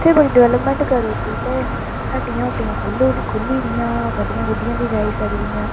उत्थें बड़ी डिवल्पमेंट करी उड़ी दी ते हट्टियां हुट्टियां खोल्ली उड़ियां खुल्ली दियां गड्डियां गुड्डियां बी जाई सकदियां